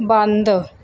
ਬੰਦ